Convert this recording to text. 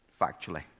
factually